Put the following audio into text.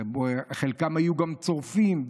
חלקם היו צורפים,